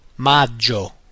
Maggio